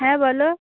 হ্যাঁ বলো